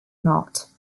not